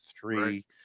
three